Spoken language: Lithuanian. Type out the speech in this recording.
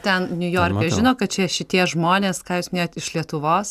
ten niujorke žino kad čia šitie žmonės ką jūs minėjot iš lietuvos